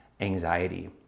anxiety